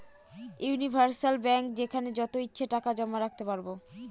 universal bank যেখানে যত ইচ্ছে টাকা জমা রাখতে পারবো